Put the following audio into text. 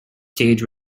stage